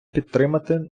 підтримати